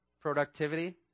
productivity